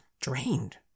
drained